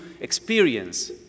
experience